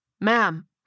Ma'am